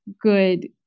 good